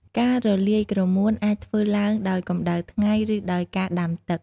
ការរលាយក្រមួនអាចធ្វើឡើងដោយកម្ដៅថ្ងៃ ឬដោយការដាំទឹក។